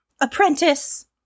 Apprentice